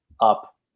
up